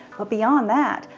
but beyond that,